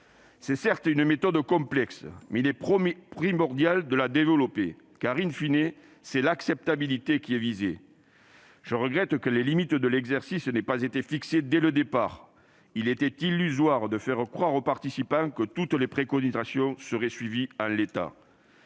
Certes, c'est une méthode complexe. Mais il est primordial de la développer. Car,, c'est l'acceptabilité qui est visée. Je regrette que les limites de l'exercice n'aient pas été fixées dès le départ. Il était illusoire de faire croire aux participants que toutes les préconisations seraient suivies en l'état.